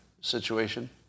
situation